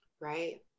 right